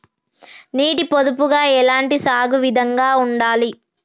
నీటి పొదుపుగా ఎలాంటి సాగు విధంగా ఉండాలి?